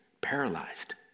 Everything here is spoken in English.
paralyzed